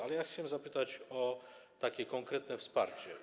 Ale ja chciałbym zapytać o takie konkretne wsparcie.